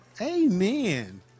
Amen